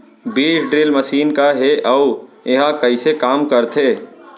बीज drill machine का हे अऊ एहा कइसे काम करथे?